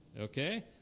Okay